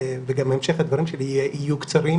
וגם המשך הדברים שלי יהיה קצר,